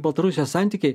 baltarusijos santykiai